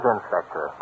Inspector